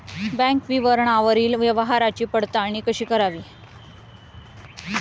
Bank विवरणावरील व्यवहाराची पडताळणी कशी करावी?